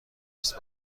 است